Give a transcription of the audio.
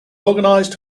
organized